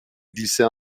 glissait